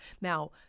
Now